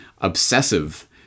obsessive